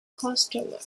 customer